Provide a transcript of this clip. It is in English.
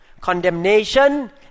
condemnation